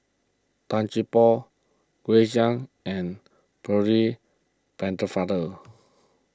Tan Gee Paw Grace Young and Percy